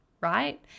right